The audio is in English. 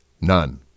none